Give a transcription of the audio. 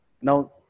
Now